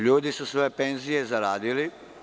Ljudi su svoje penzije zaradili.